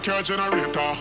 Generator